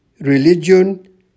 religion